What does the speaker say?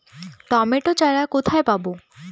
Tomato চারা কোথায় পাবো?